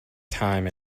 time